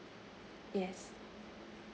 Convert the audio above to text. yes